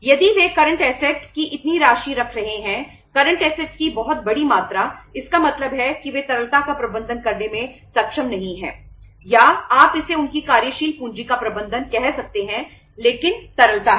यदि वे current assets की बहुत बड़ी मात्रा इसका मतलब है कि वे तरलता का प्रबंधन करने में सक्षम नहीं हैं या आप इसे उनकी कार्यशील पूंजी का प्रबंधन कह सकते हैं लेकिन तरलता है